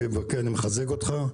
אדוני, אני מחזק אותך.